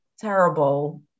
terrible